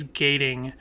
gating